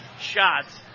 shots